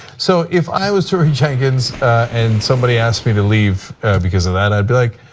so, if i was tori jenkins and somebody asked me to leave because of that i would be like,